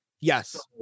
Yes